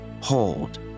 Hold